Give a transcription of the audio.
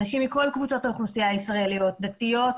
נשים מכל קבוצות האוכלוסייה הישראליות דתיות,